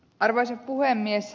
arvoisa puhemies